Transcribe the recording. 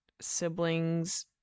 siblings